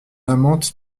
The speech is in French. amante